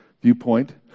viewpoint